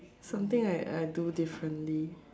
something I I do differently